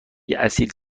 اصیل